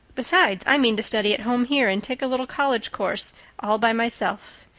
besides, i mean to study at home here and take a little college course all by myself.